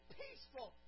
peaceful